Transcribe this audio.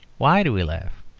why do we laugh?